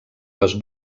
les